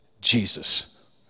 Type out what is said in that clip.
Jesus